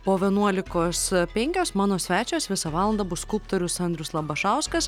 po vienuolikos penkios mano svečias visą valandą bus skulptorius andrius labašauskas